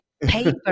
paper